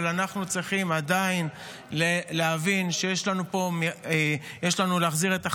אנחנו צריכים עדיין להבין שיש לנו להחזיר את החטופים,